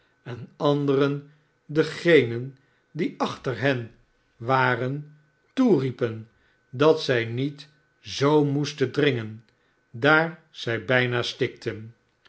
en anderen degenen die achter hen waren toeriepen dat zij niet zoo moesten dnngen daar zij bijna stikten